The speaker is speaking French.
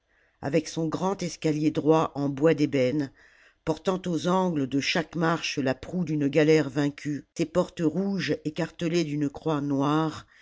avec son grand escalier droit en bois d'ébène portant aux angles de chaque marche la proue d'une galère vaincue ses portes rouges écartelées d'une croix noire